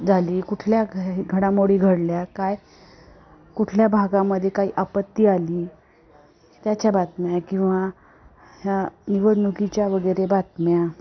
झाली कुठल्या घ घडामोडी घडल्या काय कुठल्या भागामध्ये काही आपत्ती आली त्याच्या बातम्या किंवा ह्या निवडणुकीच्या वगैरे बातम्या